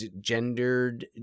gendered